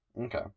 Okay